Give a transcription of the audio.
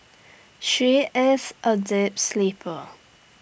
she is A deep sleeper